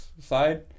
side